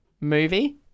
movie